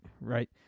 right